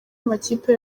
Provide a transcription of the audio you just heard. amakipe